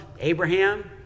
Abraham